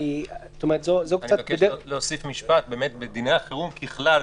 בדיני החירום ככלל,